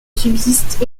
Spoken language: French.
subsistent